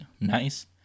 nice